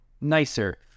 nicer